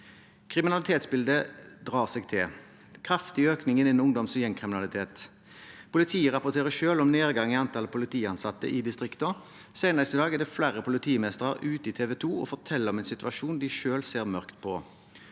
Kriminalitetsbildet drar seg til. Det er en kraftig økning i ungdoms- og gjengkriminaliteten. Politiet rapporterer selv om nedgang i antall politiansatte i distriktene. Senest i dag forteller flere politimestere til TV 2 om en situasjon de selv ser mørkt på.